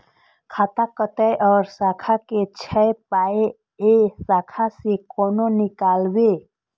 खाता कतौ और शाखा के छै पाय ऐ शाखा से कोना नीकालबै?